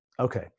Okay